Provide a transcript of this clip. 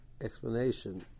explanation